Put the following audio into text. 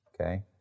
Okay